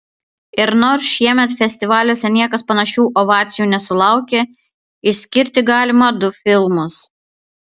ir nors šiemet festivaliuose niekas panašių ovacijų nesulaukė išskirti galima du filmus